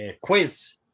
quiz